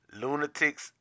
lunatics